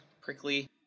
prickly